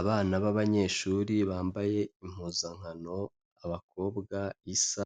Abana b'abanyeshuri bambaye impuzankano, abakobwa isa,